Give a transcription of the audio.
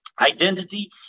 identity